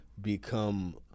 become